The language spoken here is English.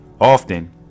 Often